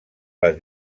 les